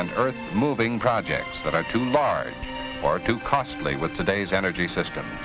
and earth moving projects that are too large or too costly with today's energy system